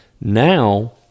Now